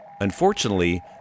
Unfortunately